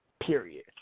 Period